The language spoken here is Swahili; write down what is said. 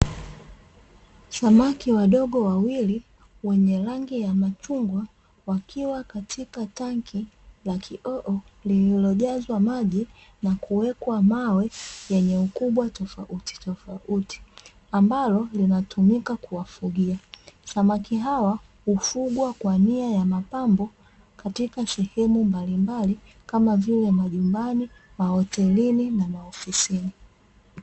Samaki wadogo wawili wenye rangi ya machungwa, wakiwa katika tanki la kioo lililo jazwa maji na kuwekwa mawe yenye ukubwa tofautitofauti, ambalo linatumika kuwafugia. Samaki hawa hufugwa kwa nia ya mapambo katika sehemu mbalimbali kama vile: majumbani, mahotelini na maofisini.